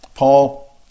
Paul